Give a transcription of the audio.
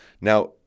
Now